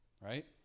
right